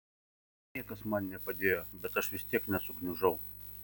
niekas man nepadėjo bet aš vis tiek nesugniužau